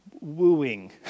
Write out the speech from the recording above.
wooing